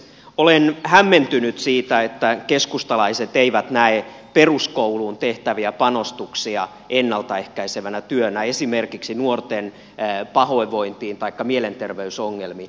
olen hämmentynyt siitä että keskustalaiset eivät näe peruskouluun tehtäviä panostuksia ennalta ehkäisevänä työnä liittyen esimerkiksi nuorten pahoinvointiin taikka mielenterveysongelmiin